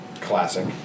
Classic